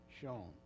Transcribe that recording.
shown